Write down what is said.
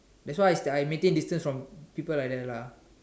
that's why I maintained distance from people like that lah